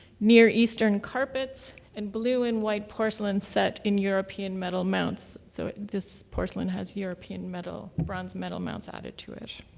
near eastern carpets and blue and white porcelain set in european metal mounts. so this porcelain has european metal, bronze metal mounts added to it.